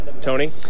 Tony